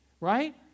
Right